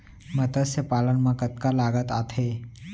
मतस्य पालन मा कतका लागत आथे?